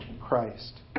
Christ